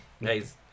Nice